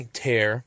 tear